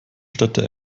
städte